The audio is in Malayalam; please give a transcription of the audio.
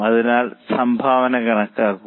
അതിനാൽ സംഭാവന കണക്കാക്കുക